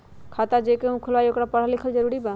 खाता जे केहु खुलवाई ओकरा परल लिखल जरूरी वा?